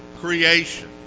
creation